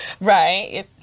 Right